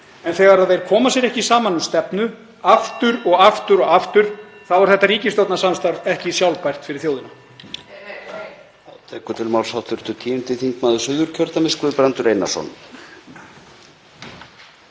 en þegar þeir koma sér ekki saman um stefnu, (Forseti hringir.) aftur og aftur, þá er þetta ríkisstjórnarsamstarf ekki sjálfbært fyrir þjóðina.